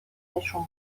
برشون